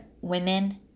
women